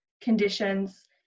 conditions